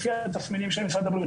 לפי התסמינים של משרד הבריאות,